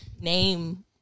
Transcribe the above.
name